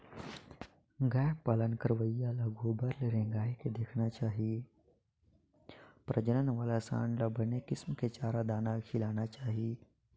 गाय पालन करइया ल गोल्लर ल रेंगाय के देखना चाही प्रजनन वाला सांड ल बने किसम के चारा, दाना खिलाना चाही